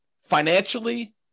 financially